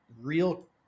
real